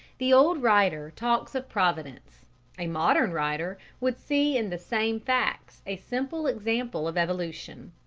the old writer talks of providence a modern writer would see in the same facts a simple example of evolution.